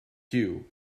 queue